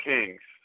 Kings